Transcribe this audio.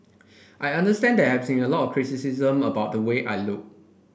I understand that there's been a lot of criticism about the way I look